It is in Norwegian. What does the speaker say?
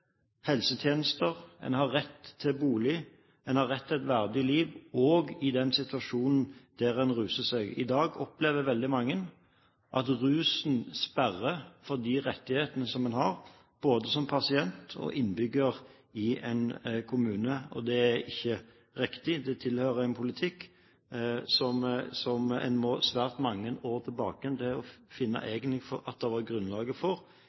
et verdig liv også i en situasjon der en ruser seg. I dag opplever veldig mange at rusen sperrer for de rettighetene en har både som pasient og innbygger i en kommune, og det er ikke riktig. Det tilhører en politikk som en må svært mange år tilbake igjen for å finne grunnlag for sett i forhold til Stortingets syn på dette. Når det